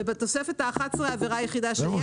ובתופסת ה-11 העבירה היחידה שיש לפקודה.